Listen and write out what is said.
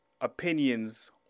opinions